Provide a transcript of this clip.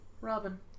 Robin